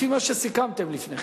לפי מה שסיכמתם לפני כן.